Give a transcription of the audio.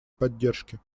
поддержки